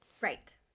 Right